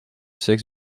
six